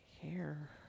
hair